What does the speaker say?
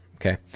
Okay